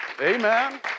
Amen